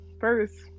first